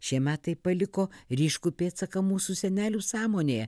šie metai paliko ryškų pėdsaką mūsų senelių sąmonėje